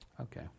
Okay